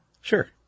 Sure